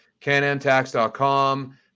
canamtax.com